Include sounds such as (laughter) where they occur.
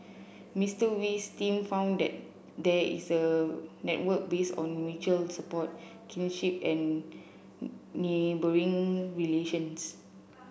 Mister Wee's team found that there is a network base on mutual support kinship and (hesitation) neighbouring relations